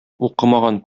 укымаган